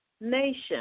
nation